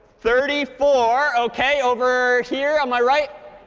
thirty four. ok. over here on my right